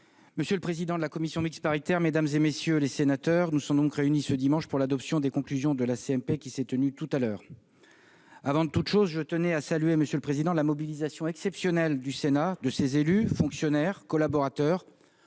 monsieur le président de la commission mixte paritaire, mesdames, messieurs les sénateurs, nous sommes réunis ce dimanche pour l'adoption des conclusions de la commission mixte paritaire qui s'est tenue tout à l'heure. Avant toute chose, je tiens à saluer, monsieur le président, la mobilisation exceptionnelle du Sénat, de ses élus, de ses fonctionnaires et collaborateurs,